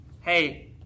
hey